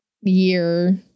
year